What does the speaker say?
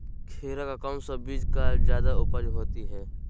खीरा का कौन सी बीज का जयादा उपज होती है?